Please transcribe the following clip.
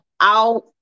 out